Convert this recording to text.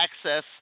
access